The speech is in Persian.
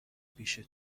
پیش